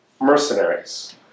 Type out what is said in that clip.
Mercenaries